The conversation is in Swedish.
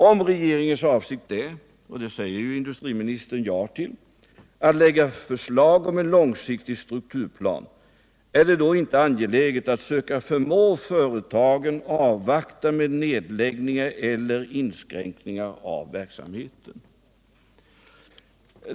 Om regeringens avsikt är — och det säger ju industriministern ja till — att framlägga förslag om en långsiktig strukturplan, är det då inte angeläget att söka förmå företagen att avvakta med nedläggningar eller inskränkningar av verksamheten?